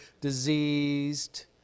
diseased